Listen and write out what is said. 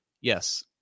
yes